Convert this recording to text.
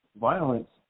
violence